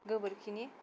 गोबोरखिनि